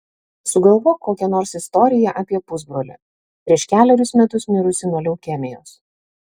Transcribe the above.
sugalvok kokią nors istoriją apie pusbrolį prieš kelerius metus mirusį nuo leukemijos